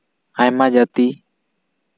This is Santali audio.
ᱟᱭᱢᱟ ᱡᱟᱹᱛᱤ